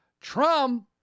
Trump